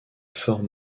fort